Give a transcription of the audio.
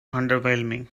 underwhelming